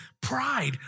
Pride